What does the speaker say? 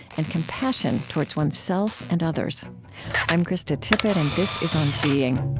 and compassion towards oneself and others i'm krista tippett, and this is on being